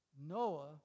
Noah